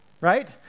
right